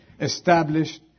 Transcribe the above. established